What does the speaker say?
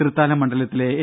തൃത്താല മണ്ഡലത്തിലെ എൻ